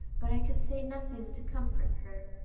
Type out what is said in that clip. but i could say nothing to comfort her.